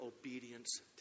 obedience